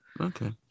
Okay